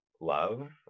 love